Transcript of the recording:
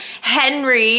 Henry